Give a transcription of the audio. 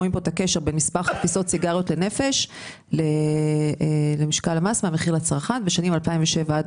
רואים כאן את הקשר במספר חפיסות סיגריות לנפש בשנים 2007 עד